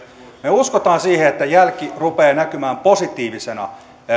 me uskomme siihen että jälki rupeaa näkymään positiivisena